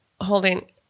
holding